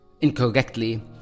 incorrectly